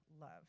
love